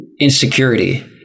insecurity